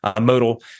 modal